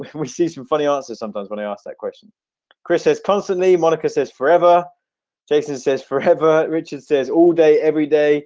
we see some funny answers sometimes when i ask that question chris says constantly monica says forever jason says forever richard said all day every day